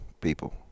people